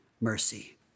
mercy